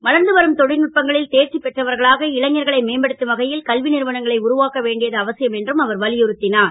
வளர்ந்து வரும் தொ ல்நுட்பங்களில் தேர்ச்சி பெற்றவர்களாக இளைஞர்களை மேம்படுத்தும் வகை ல் கல்வி றுவனங்களை உருவாக்க வேண்டியது அவசியம் என்றும் அவர் வலியுறுத் னார்